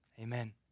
Amen